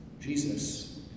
Jesus